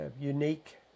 unique